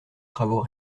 travaux